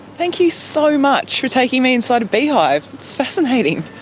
thank you so much for taking me inside a beehive, it's fascinating!